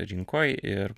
rinkoj ir